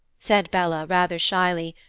said bella, rather shyly,